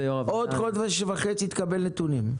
בעוד חודש וחצי תקבל נתונים.